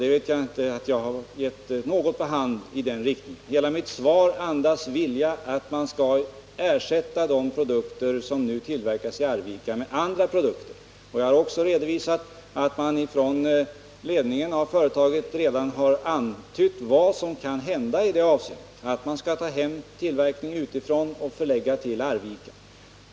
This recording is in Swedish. Jag vet mig inte ha gett något på hand i den riktningen, utan hela mitt svar andas en vilja att man skall ersätta de produkter som nu tillverkas i Arvika med andra produkter. Jag har också redovisat att ledningen av företaget redan har antytt vad som kan hända i det avseendet: att man tar hem tillverkning utifrån och förlägger den till Arvika.